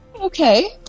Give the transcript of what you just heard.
Okay